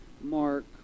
Mark